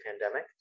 pandemic